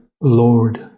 Lord